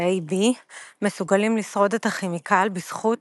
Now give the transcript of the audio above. תאי B מסוגלים לשרוד את הכימיקל בזכות